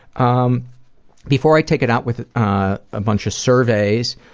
um before i take it out with a ah bunch of surveys,